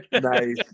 nice